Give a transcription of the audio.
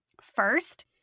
First